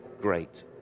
great